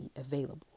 available